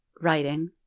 writing